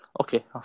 okay